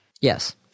Yes